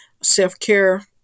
self-care